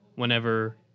Whenever